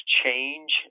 change